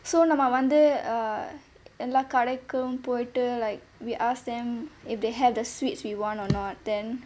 so நம்ம வந்து:namma vanthu எல்லா கடைக்கும் போயிட்டு:ellaa kadaikkum poyittu like we ask them if they have the sweets we want or not then